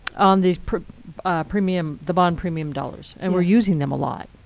on these premium, the bond premium dollars, and we're using them a lot,